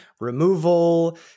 removal